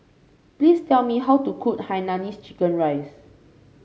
please tell me how to cook Hainanese Chicken Rice